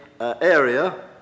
area